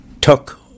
took